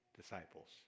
disciples